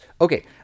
Okay